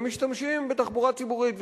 והם משתמשים בתחבורה ציבורית.